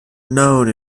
known